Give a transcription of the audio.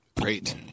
Great